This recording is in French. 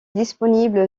disponible